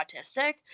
autistic